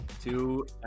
two